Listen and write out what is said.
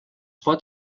pot